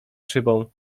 szybą